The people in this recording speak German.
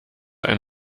ein